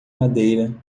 madeira